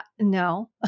no